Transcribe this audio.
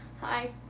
hi